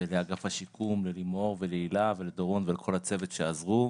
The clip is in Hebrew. ולאגף השיקום ללימור ולהילה ולדורון ולכל הצוות שעזרו.